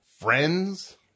Friends